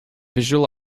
visual